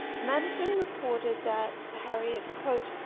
madison reported that harriet, quote,